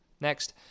Next